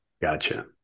Gotcha